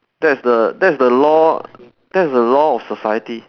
that's the that's the law that's the law of society